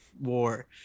war